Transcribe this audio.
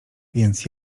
więc